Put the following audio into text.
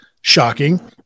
shocking